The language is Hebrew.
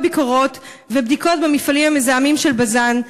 ביקורות ובדיקות במפעלים המזהמים של בז"ן?